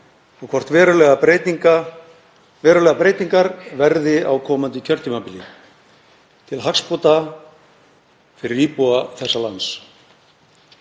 og hvort verulegar breytingar verði á komandi kjörtímabili til hagsbóta fyrir íbúa þessa lands.